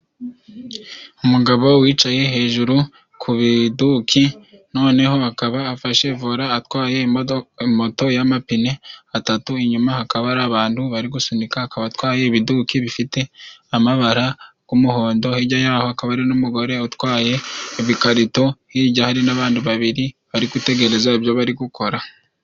Umugabo wicaye hejuru ku biduki, noneho akaba afashe vola atwaye imodoka, moto y'amapine atatu, inyuma hakaba hari abantu bari gusunika, akaba atwaye ibiduki bifite amabara y'umuhondo, hirya yaho akaba n'umugore utwaye ibikarito, hirya hari n'abantu babiri bari gutegereza ibyo bari gukora.